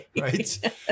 right